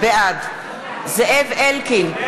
בעד זאב אלקין,